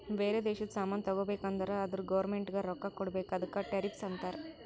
ಬೇರೆ ದೇಶದು ಸಾಮಾನ್ ತಗೋಬೇಕು ಅಂದುರ್ ಅದುರ್ ಗೌರ್ಮೆಂಟ್ಗ ರೊಕ್ಕಾ ಕೊಡ್ಬೇಕ ಅದುಕ್ಕ ಟೆರಿಫ್ಸ್ ಅಂತಾರ